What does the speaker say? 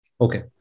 Okay